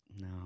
No